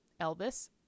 Elvis